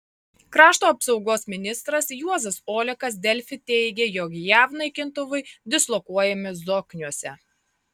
krašto apsaugos ministras juozas olekas delfi teigė jog jav naikintuvai dislokuojami zokniuose